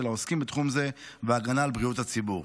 העוסקים בתחום זה והגנה על בריאות הציבור.